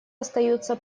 остаются